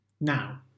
Now